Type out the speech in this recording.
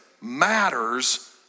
matters